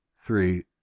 three